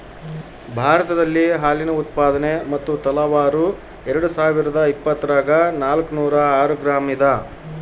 ಭಾರತದಲ್ಲಿ ಹಾಲಿನ ಉತ್ಪಾದನೆ ಮತ್ತು ತಲಾವಾರು ಎರೆಡುಸಾವಿರಾದ ಇಪ್ಪತ್ತರಾಗ ನಾಲ್ಕುನೂರ ಆರು ಗ್ರಾಂ ಇದ